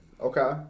Okay